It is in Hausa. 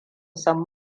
san